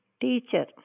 Teacher